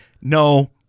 No